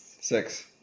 Six